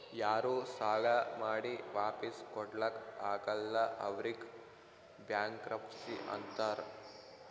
ಯಾರೂ ಸಾಲಾ ಮಾಡಿ ವಾಪಿಸ್ ಕೊಡ್ಲಾಕ್ ಆಗಲ್ಲ ಅವ್ರಿಗ್ ಬ್ಯಾಂಕ್ರಪ್ಸಿ ಅಂತಾರ್